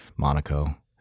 Monaco